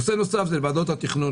נושא נוסף הוא ועדות התכנון.